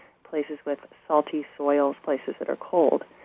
places with salty soils, places that are cold.